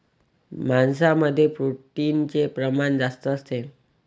मांसामध्ये प्रोटीनचे प्रमाण जास्त असते